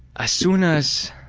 ah soon as